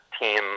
team